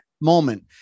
moment